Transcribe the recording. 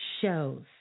shows